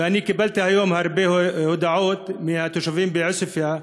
ואני קיבלתי היום הרבה הודעות מתושבים בעוספיא,